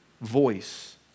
voice